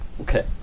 Okay